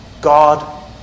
God